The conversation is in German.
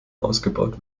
ausgebaut